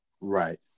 Right